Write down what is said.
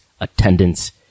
attendance